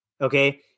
Okay